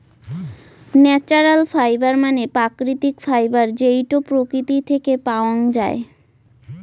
natural fibre মানে প্রাকৃতিক fibre যেইটো প্রকৃতি থেকে পাওয়াঙ যাই